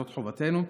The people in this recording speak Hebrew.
זאת חובתנו.